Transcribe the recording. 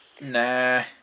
Nah